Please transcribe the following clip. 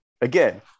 again